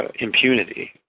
impunity